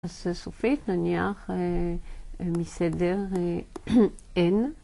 אז סופית נניח מסדר N.